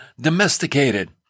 domesticated